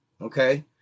Okay